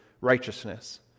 Righteousness